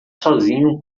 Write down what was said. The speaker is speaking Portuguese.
sozinho